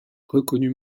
reconnu